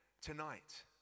tonight